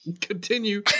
Continue